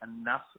enough